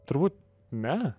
turbūt ne